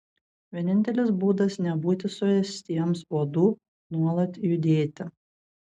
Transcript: vienintelis būdas nebūti suėstiems uodų nuolat judėti